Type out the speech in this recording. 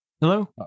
Hello